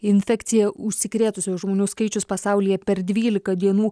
infekcija užsikrėtusiųjų žmonių skaičius pasaulyje per dvylika dienų